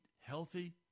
healthy